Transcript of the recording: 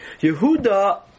Yehuda